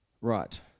right